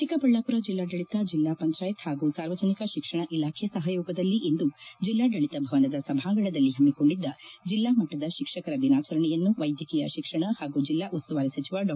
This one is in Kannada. ಚಿಕ್ಕಬಳ್ಳಾಪುರ ಜಿಲ್ಲಾಡಳಿತ ಜಿಲ್ಲಾ ಪಂಚಾಯತ್ ಹಾಗೂ ಸಾರ್ವಜನಿಕ ಶಿಕ್ಷಣ ಇಲಾಖೆ ಸಹಯೋಗದಲ್ಲಿ ಇಂದು ಜಿಲ್ಲಾಡಳಿತ ಭವನದ ಸಭಾಂಗಣದಲ್ಲಿ ಹಮ್ಮಿಕೊಂಡಿದ್ದ ಜಿಲ್ಲಾ ಮಟ್ಟದ ಶಿಕ್ಷಕರ ದಿನಾಚರಣೆಯನ್ನು ವೈದ್ಯಕೀಯ ಶಿಕ್ಷಣ ಹಾಗೂ ಜಿಲ್ಲಾ ಉಸ್ತುವಾರಿ ಸಚಿವ ಡಾ